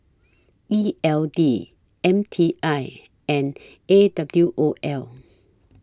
E L D M T I and A W O L